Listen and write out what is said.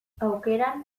aukeran